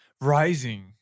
Rising